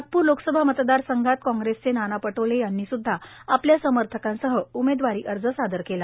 नागपूर लोकसभा मतदार संघात कांग्रेसचे नाना पटोले यांनी सुद्धा आपल्या समर्थकांसह उमेदवारी अर्ज सादर केला